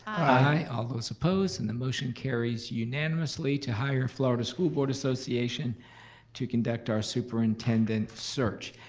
aye. all those opposed? and the motion carries unanimously to hire florida school board association to conduct our superintendent search.